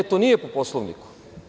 Ne, to nije po Poslovniku.